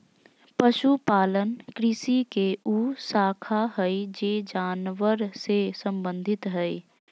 पशुपालन कृषि के उ शाखा हइ जे जानवर से संबंधित हइ